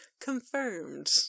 confirmed